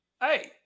Hey